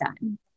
done